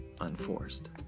unforced